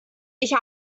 ich